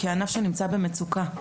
כענף שנמצא במצוקה,